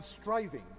striving